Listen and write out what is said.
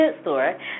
Store